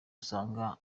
usanga